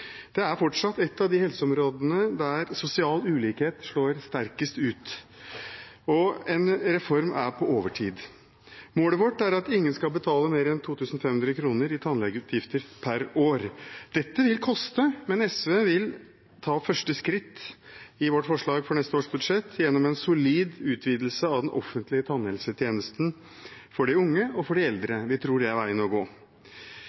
Dette er fortsatt et av de helseområdene der sosial ulikhet slår sterkest ut, og en reform er på overtid. Målet vårt er at ingen skal betale mer enn 2 500 kr i tannlegeutgifter per år. Dette vil koste, men SV vil ta første skritt i sitt forslag for neste års budsjett gjennom en solid utvidelse av den offentlige tannhelsetjenesten for de unge og for de eldre. Vi tror det er veien å gå.